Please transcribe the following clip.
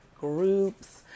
groups